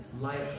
life